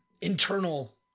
internal